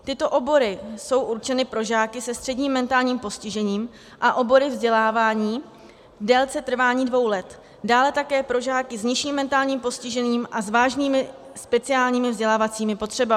Tyto obory jsou určeny pro žáky se středním mentálním postižením a obory vzdělávání v délce trvání dvou let, dále také pro žáky s nižším mentálním postižením a s vážnými speciálními vzdělávacími potřebami.